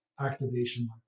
activation